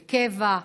בקבע,